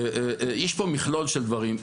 יש פה מכלול של דברים.